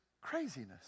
craziness